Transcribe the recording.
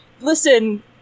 Listen